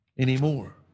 Anymore